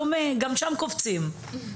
דומה; גם שם קופצים, לפה.